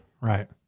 Right